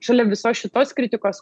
šalia visos šitos kritikos